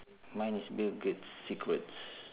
mine is bill gate's secrets